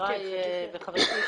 חבריי וחברתי,